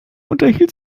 unterhielt